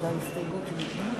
הצבענו על